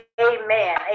amen